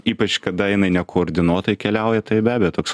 ypač kada jinai nekoordinuotai keliauja tai be abejo toks